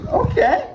okay